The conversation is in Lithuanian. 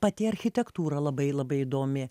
pati architektūra labai labai įdomi